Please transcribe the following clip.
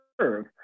serve